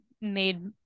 made